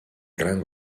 gran